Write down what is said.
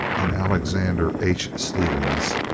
and alexander h. stephens,